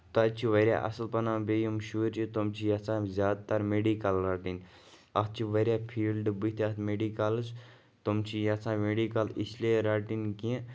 تَتہِ چھِ واریاہ اَصٕل بَنان بیٚیہِ یِم شُرۍ چھِ تِم چھِ یَژھان زیادٕ تر میڈِکل رٹٕنۍ اَتھ چھِ واریاہ فیٖلڈ بٕتھِ اَتھ میڈِکلس تِم چھِ یَژھان میڈِکل اس لیے رَٹٕنۍ کہِ